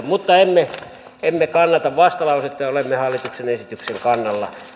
emme kannata vastalausetta ja olemme hallituksen esityksen kannalla